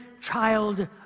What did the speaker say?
child